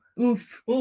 oof